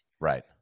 right